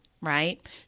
Right